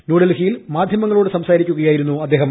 ന്യൂഡൽഹിയിൽ മാധ്യമങ്ങളോട് സംസാരിക്കുകയായിരുന്നു അദ്ദേഹം